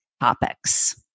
topics